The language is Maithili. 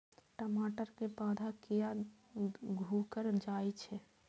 टमाटर के पौधा किया घुकर जायछे?